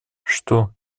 что